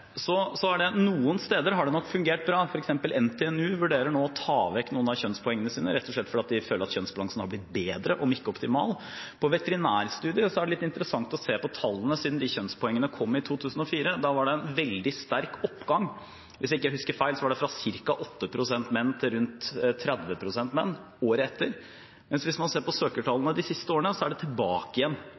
Noen steder har det nok fungert bra, f.eks. vurderer NTNU nå å ta vekk noen av kjønnspoengene sine, rett og slett fordi de føler at kjønnsbalansen har blitt bedre, om ikke optimal. På veterinærstudiet er det litt interessant å se på tallene siden de kjønnspoengene kom i 2004. Da var det en veldig sterk oppgang – hvis jeg ikke husker feil, var det fra ca. 8 pst. menn til rundt 30 pst. menn året etter. Men hvis man ser på søkertallene fra de siste årene, er det tilbake igjen